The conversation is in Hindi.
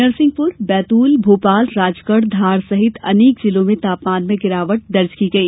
नरसिंहपुर बैतूल भोपाल राजगढ धार सहित अनेक जिलों में तापमान में गिरावट दर्ज की गई